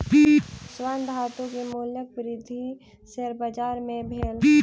स्वर्ण धातु के मूल्यक वृद्धि शेयर बाजार मे भेल